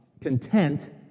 content